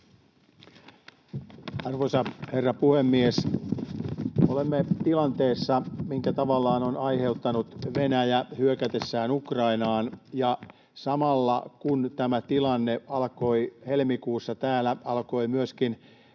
Arvoisa herra puhemies! Olemme tilanteessa, minkä tavallaan on aiheuttanut Venäjä hyökätessään Ukrainaan. Samalla kun tämä tilanne alkoi helmikuussa, alkoi myöskin